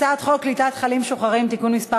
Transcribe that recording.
הצעת חוק קליטת חיילים משוחררים (תיקון מס'